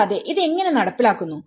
കൂടാതെ ഇത് എങ്ങനെ നടപ്പിലാക്കുന്നു